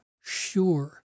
sure